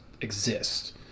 exist